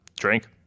Drink